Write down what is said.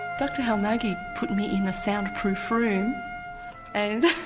dr halmagyi put me in a soundproof room and